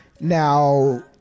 Now